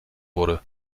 wurde